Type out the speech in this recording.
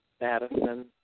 Madison